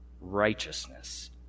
righteousness